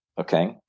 okay